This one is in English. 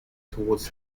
towards